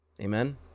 amen